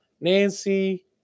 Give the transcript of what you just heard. Nancy